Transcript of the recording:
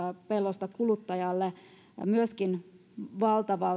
pellosta kuluttajalle valtava